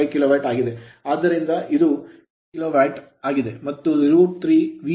5KW ಆಗಿದೆ ಆದ್ದರಿಂದ ಇದು 18KW ಆಗಿದೆ